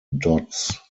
dots